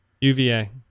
UVA